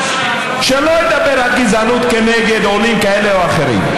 שלא ידבר על גזענות כנגד עולים כאלה או אחרים.